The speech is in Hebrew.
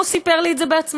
הוא סיפר לי את זה בעצמו,